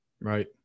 Right